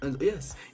Yes